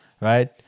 right